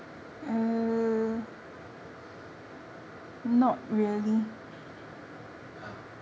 !huh!